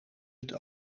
het